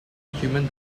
human